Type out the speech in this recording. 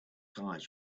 eyes